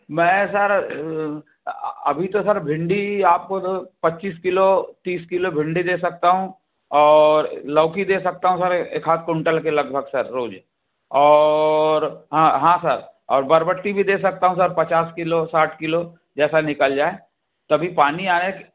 मैं सर अभी तो सर भिंडी आपको तो पच्चीस किलो तीस किलो भिंडी दे सकता हूँ और लौकी दे सकता हूँ सर एक आध कुंटल के लगभग सर रोज और हाँ हाँ सर और बरबट्टी भी दे सकता हूँ सर पचास किलो साठ किलो जैसा निकल जाए तभी पानी आया